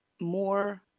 more